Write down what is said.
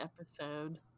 episode